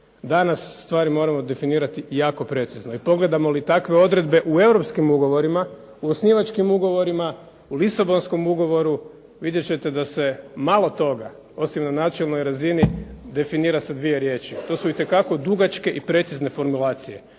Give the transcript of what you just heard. danas stvari moramo definirati jako precizno, i pogledamo li takve odredbe u Europskim ugovorima, u osnivačkim ugovorima, u Lisabonskom ugovoru, vidjet ćete da se malo toga, osim na načelnoj razini definira sa dvije riječi, to su itekako dugačke i precizne formulacije,